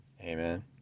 amen